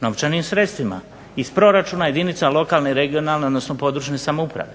novčanim sredstvima iz proračuna jedinica lokalne, regionalne odnosno područne samouprave.